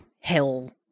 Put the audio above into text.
hell